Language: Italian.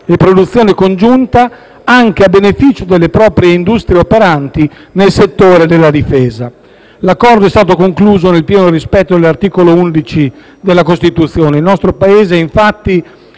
e produzione congiunta, anche a beneficio delle proprie industrie operanti nel settore della difesa. L'Accordo è stato concluso nel pieno rispetto dell'articolo 11 della Costituzione: il nostro Paese, infatti,